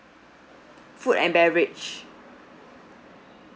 food and beverage